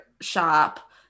shop